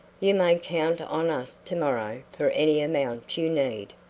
you may count on us to-morrow for any amount you need.